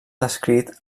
descrit